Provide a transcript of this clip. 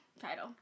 Title